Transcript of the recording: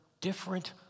different